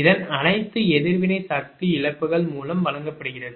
இதன் அனைத்து எதிர்வினை சக்தி இழப்புகள் மூலம் வழங்கப்படுகிறது